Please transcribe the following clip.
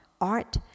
art